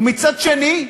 ומצד שני,